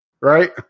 Right